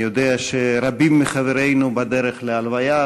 אני יודע שרבים מחברינו בדרך להלוויה,